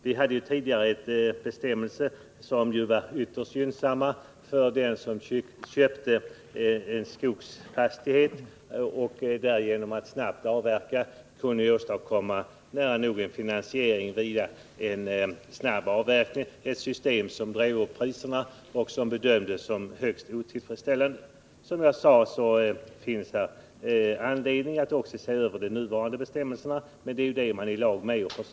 Vi hade tidigare bestämmelser som var ytterst gynnsamma för dem som köpt en skogsfastighet och via en snabb avverkning nära nog kunde åstadkomma finansiering av köpet. Det var ett system som drev upp priserna och som bedömdes som högst otillfredsställande. Som jag sade finns det anledning att också se över de nuvarande bestämmelserna. Men det är ju det man håller på att göra.